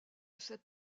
cette